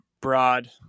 broad